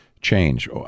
change